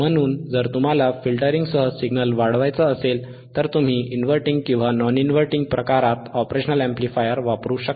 म्हणून जर तुम्हाला फिल्टरिंगसह सिग्नल वाढवायचे असेल तर तुम्ही इनव्हर्टिंग किंवा नॉन इनव्हर्टिंग प्रकारात ऑपरेशनल अॅम्प्लीफायर वापरू शकता